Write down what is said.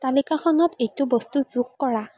তালিকাখনত এইটো বস্তু যোগ কৰা